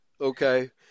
Okay